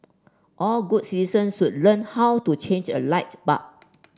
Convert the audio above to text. all good citizens should learn how to change a light bulb